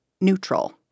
neutral